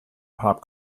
pop